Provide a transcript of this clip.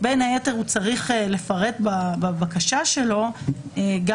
בין היתר הוא צריך לפרט בבקשה שלו גם